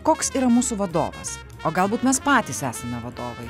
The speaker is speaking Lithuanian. koks yra mūsų vadovas o galbūt mes patys esame vadovai